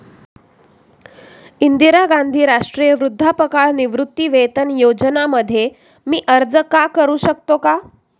इंदिरा गांधी राष्ट्रीय वृद्धापकाळ निवृत्तीवेतन योजना मध्ये मी अर्ज का करू शकतो का?